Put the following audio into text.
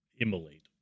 immolate